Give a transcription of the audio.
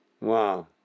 Wow